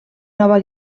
nova